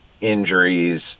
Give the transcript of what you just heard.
injuries